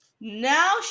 Now